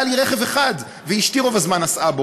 היה לי רכב אחד ואשתי רוב הזמן נסעה בו.